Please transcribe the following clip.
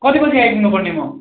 कति बजी आइपुग्नु पर्ने म